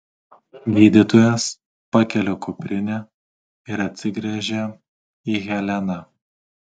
gydytojas pakelia kuprinę ir atsigręžia į heleną